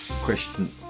Question